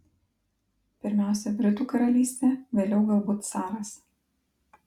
pirmiausia britų karalystė vėliau galbūt caras